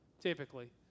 typically